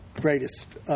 greatest –